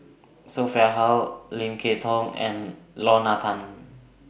Sophia Hull Lim Kay Tong and Lorna Tan